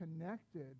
connected